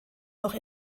noch